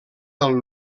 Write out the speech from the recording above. del